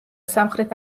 სამხრეთ